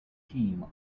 team